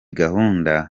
gahunda